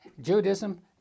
Judaism